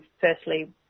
Firstly